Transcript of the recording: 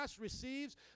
receives